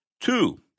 Two